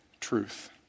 truth